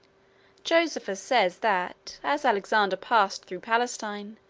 josephus says that, as alexander passed through palestine,